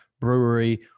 brewery